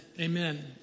Amen